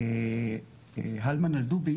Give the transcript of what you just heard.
הלמן אלדובי